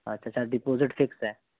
اچھا اچھا deposit fix ہے